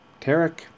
Tarek